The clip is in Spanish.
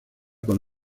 con